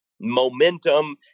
momentum